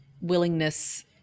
willingness